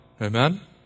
Amen